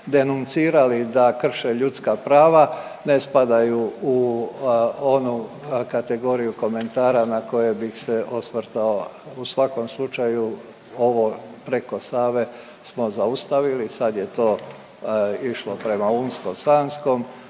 denuncirali da krše ljudska prava ne spadaju u onu kategoriju komentara na koje bih se osvrtao. U svakom slučaju ovo preko Save smo zaustavili, sad je to išlo prema unsko sanskom.